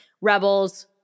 Rebels